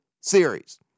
series